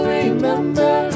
remember